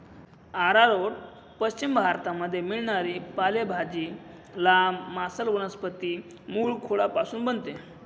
arrowroot पश्चिम भारतामध्ये मिळणारी पालेभाजी, लांब, मांसल वनस्पती मूळखोडापासून बनते